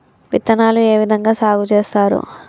విత్తనాలు ఏ విధంగా సాగు చేస్తారు?